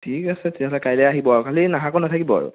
ঠিক আছে তেতিয়াহ'লে কাইলৈ আহিব খালী নহাকৈ নাথাকিব আৰু